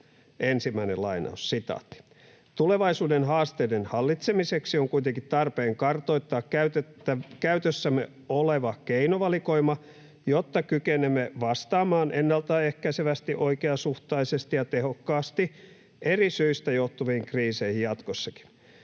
välikysymykseen: ”Tulevaisuuden haasteiden hallitsemiseksi on kuitenkin tarpeen kartoittaa käytössämme oleva keinovalikoima, jotta kykenemme vastaamaan ennalta ehkäisevästi, oikeasuhtaisesti ja tehokkaasti eri syistä johtuviin kriiseihin jatkossakin.